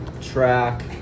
track